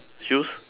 shoes